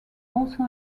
also